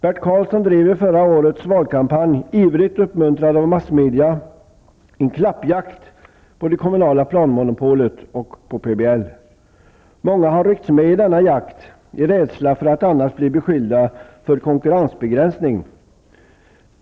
Bert Karlsson drev i förra årets valkampanj, ivrigt påhejad av massmedia, en klappjakt på det kommunala planmonopolet och PBL. Många har ryckts med i denna jakt i rädsla för att annars bli beskyllda för konkurrensbegränsning.